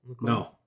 No